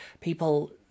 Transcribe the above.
people